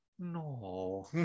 no